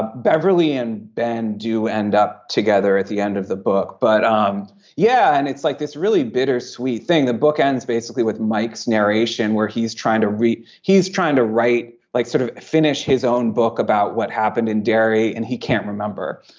beverly and ben do end up together at the end of the book. but um yeah. and it's like this really bittersweet thing the book ends basically with mike's narration where he's trying to read he's trying to write like sort of finish his own book about what happened in derry and he can't remember.